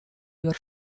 your